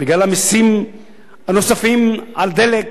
בגלל המסים הנוספים על דלק,